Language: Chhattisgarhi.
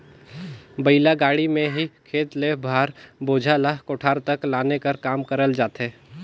बइला गाड़ी मे ही खेत ले भार, बोझा ल कोठार तक लाने कर काम करल जाथे